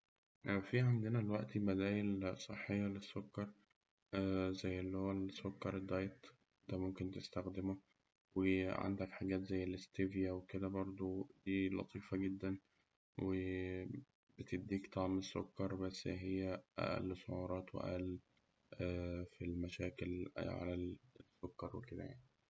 فيه عندنا الوقتي بدايل صحية للسكر زي اللي هو السكر الدايت. أنت ممكن تستخدمه. وعندك حاجات زي الإستيفيا وكده برده ودي لطيفة جداً، و بتديك طعم السكر بس هي أقل سعرات، وأقل مشاكل في السكر وكده يعني.